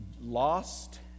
lost